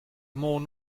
more